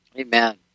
Amen